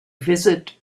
visit